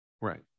Right